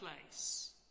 place